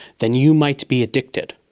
then you might be addicted.